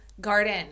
garden